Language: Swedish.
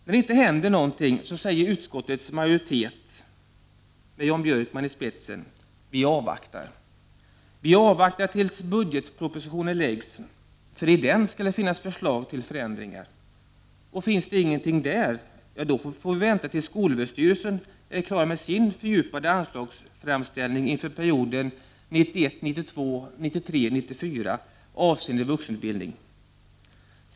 När det inte händer någonting, då säger utskottets majoritet med Jan Björkman i spetsen: Vi avvaktar. Vi avvaktar tills budgetpropositionen läggs, för i den skall det finnas förslag till förändringar. Och finns det ingenting där, då får vi vänta till SÖ, skolöverstyrelsen, är klar med sin fördjupade anslagsframställning inför perioden 1991 94 avseende vuxenutbildning.